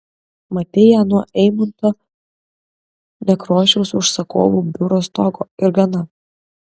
matei ją nuo eimunto nekrošiaus užsakovų biuro stogo ir gana